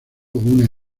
una